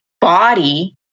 body